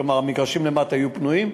כלומר המגרשים למטה יהיו פנויים,